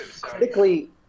critically